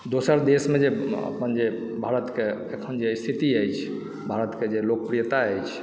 दोसर देशमजे अपन जे भारतके अखन जे स्थिति अछि भारतके जे लोकप्रियता अछि